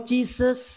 Jesus